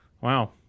Wow